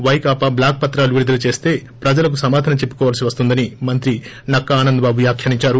Vaikapa black పత్రాలు విడుదల చేస్త ప్రజలకు సమాధానం చెప్పుకోవలసి వస్తుందని మంత్రి నక్కా ఆనందబాబు వ్యాఖ్యానించారు